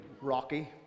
rocky